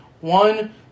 One